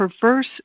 perverse